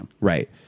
Right